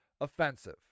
offensive